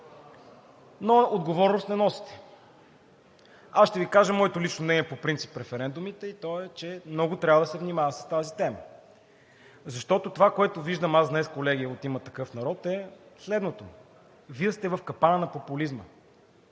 отговорност Аз ще Ви кажа моето лично мнение по принцип за референдумите и то е, че много трябва да се внимава с тази тема. Защото това, което виждам аз днес, колеги от „Има такъв народ“, е следното: вие сте в капана на популизма.